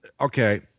okay